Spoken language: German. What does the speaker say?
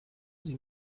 sie